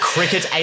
Cricket